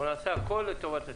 אנחנו נעשה הכול לטובת הציבור.